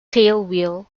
tailwheel